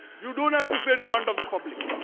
you don't have to say it in front of the public.